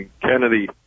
Kennedy